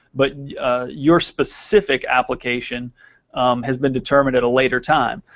but your specific application has been determined at a later time.